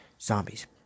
zombies